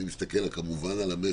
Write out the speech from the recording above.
אני מסתכל כמובן על המשק,